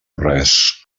res